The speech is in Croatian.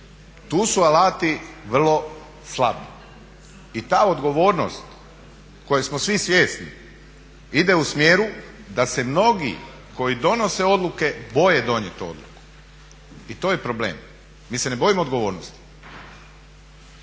tu su alati vrlo slabi. I ta odgovornost koje smo svi svjesni ide u smjeru da se mnogi koji donose odluke boje donijeti odluku i to je problem. Mi se ne bojimo odgovornosti.